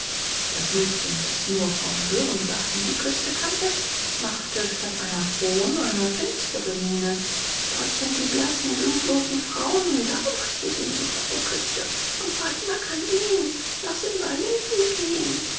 das mädchen das nur vom hörensagen die küste kannte machte statt einer frohen eine finstre miene dort sind die blassen blutlosen frauen darum hast du sehnsucht nach der küste und fatima kann gehen nach simbalimpi gehen